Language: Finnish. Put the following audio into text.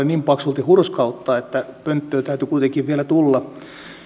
niin paksulti hurskautta että pönttöön täytyi kuitenkin vielä tulla